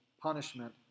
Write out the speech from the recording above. punishment